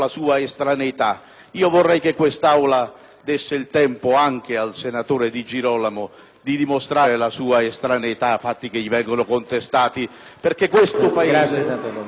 Vorrei che quest'Aula desse il tempo anche al senatore Di Girolamo di dimostrare la sua estraneità ai fatti che gli vengono contestati perché questo Paese è percorso